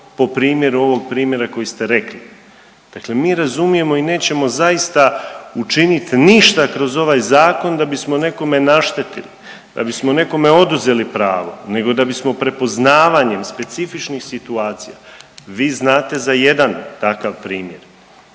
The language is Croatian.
po primjeru ovog primjera koji ste rekli, dakle mi razumijemo i nećemo zaista učinit ništa kroz ovaj zakon da bismo nekome naštetili, da bismo nekome oduzeli pravo nego da bismo prepoznavanjem specifičnih situacija, vi znate za jedan takav primjer,